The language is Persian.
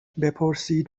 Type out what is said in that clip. بپرسید